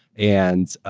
and